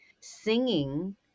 singing